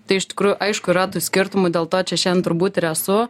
tai iš tikrųjų aišku yra tų skirtumų dėl to čia šiandien turbūt ir esu